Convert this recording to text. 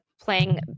playing